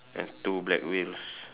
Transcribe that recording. and two black wheels